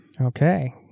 Okay